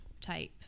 type